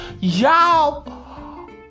y'all